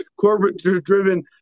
corporate-driven